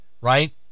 right